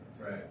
Right